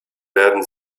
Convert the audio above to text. werden